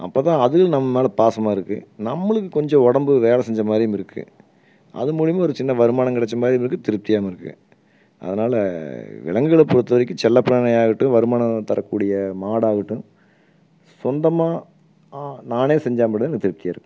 அப்போதான் அதுவும் நம்ம மேலே பாசமாக இருக்கும் நம்மளுக்கும் கொஞ்சம் உடம்பு வேலை செஞ்ச மாதிரியும் இருக்கும் அது மூலமா ஒரு சின்ன வருமானம் கிடைச்ச மாதிரியும் இருக்கும் திருப்தியாகவும் இருக்கும் அதனால் விலங்குகளை பொருத்த வரைக்கும் செல்லப்பிராணி ஆகட்டும் வருமானம் தரக்கூடிய மாடாகட்டும் சொந்தமாக நானே செஞ்சால் மட்டும்தான் எனக்கு திருப்தியாக இருக்கும்